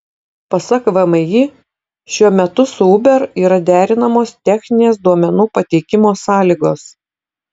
pasak vmi šiuo metu su uber yra derinamos techninės duomenų pateikimo sąlygos